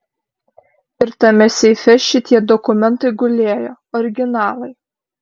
ir tame seife šitie dokumentai gulėjo originalai